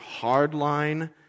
hardline